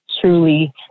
truly